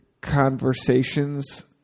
conversations